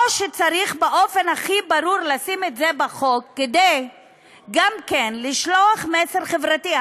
או שצריך באופן הכי ברור לשים את זה בחוק כדי גם לשלוח מסר חברתי?